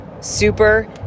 super